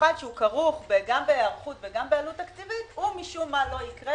במיוחד שכרוך גם בהיערכות וגם בעלות תקציבית - הוא משום מה לא יקרה,